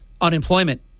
unemployment